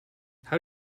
how